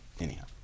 anyhow